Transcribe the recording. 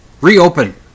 reopen